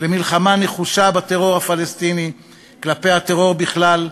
למלחמה נחושה בטרור הפלסטיני וכלפי הטרור בכלל.